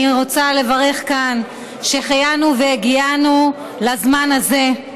רוצה לברך כאן שהחיינו והגיענו לזמן הזה.